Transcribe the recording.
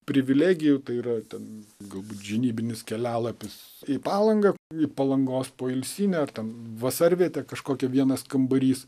privilegijų tai yra ten galbūt žinybinis kelialapis į palangą į palangos poilsinę ar ten vasarvietę kažkokią vienas kambarys